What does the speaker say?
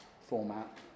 format